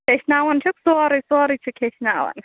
ہیٚچھناوان چھِکھ سورُے سورُے چھِکھ ہیٚچھناوان